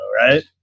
right